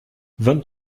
vingt